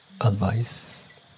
advice